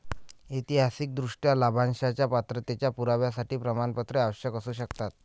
ऐतिहासिकदृष्ट्या, लाभांशाच्या पात्रतेच्या पुराव्यासाठी प्रमाणपत्रे आवश्यक असू शकतात